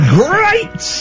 great